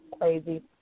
crazy